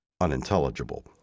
unintelligible